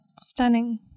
Stunning